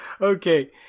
Okay